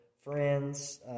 friends